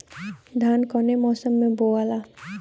धान कौने मौसम मे बोआला?